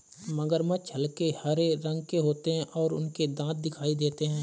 मगरमच्छ हल्के हरे रंग के होते हैं और उनके दांत दिखाई देते हैं